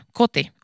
koti